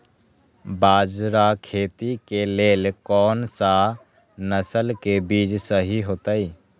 बाजरा खेती के लेल कोन सा नसल के बीज सही होतइ?